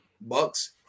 Bucks